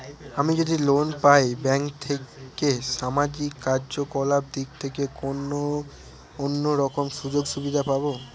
আমি যদি লোন পাই ব্যাংক থেকে সামাজিক কার্যকলাপ দিক থেকে কোনো অন্য রকম সুযোগ সুবিধা পাবো?